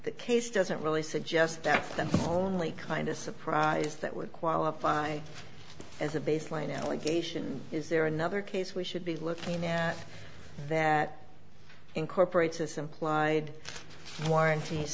that case doesn't really suggest that the only kind of surprise that would qualify as a baseline allegation is there another case we should be looking at that incorporates this implied warrant